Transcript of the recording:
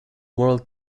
world